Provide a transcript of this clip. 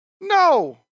No